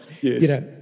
yes